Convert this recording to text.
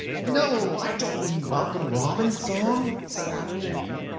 no, i don't mean welcome robin's song, snapped jenny.